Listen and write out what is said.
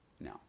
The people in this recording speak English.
No